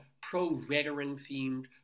pro-veteran-themed